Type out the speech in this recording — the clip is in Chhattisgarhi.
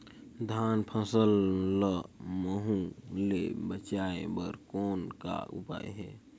धान फसल ल महू ले बचाय बर कौन का उपाय हे?